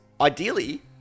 ideally